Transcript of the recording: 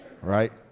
right